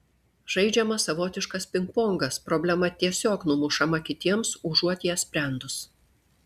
žaidžiamas savotiškas pingpongas problema tiesiog numušama kitiems užuot ją sprendus